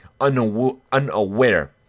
unaware